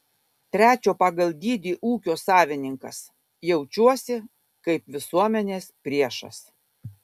trečio pagal dydį ūkio savininkas jaučiuosi kaip visuomenės priešas